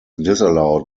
disallowed